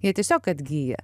jie tiesiog atgyja